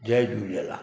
Jay Jhulelal